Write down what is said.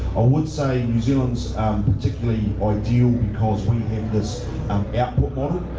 i would say new zealand is particularly ideal because we have this um output model.